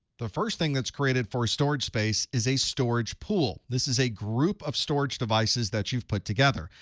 the first thing that's created for storage space is a storage pool. this is a group of storage devices that you've put together.